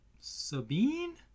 Sabine